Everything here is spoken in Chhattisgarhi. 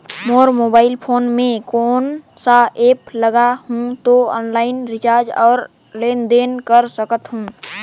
मोर मोबाइल फोन मे कोन सा एप्प लगा हूं तो ऑनलाइन रिचार्ज और लेन देन कर सकत हू?